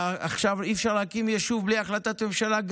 עכשיו, אי-אפשר להקים יישוב בלי החלטת ממשלה.